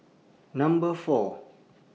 Number four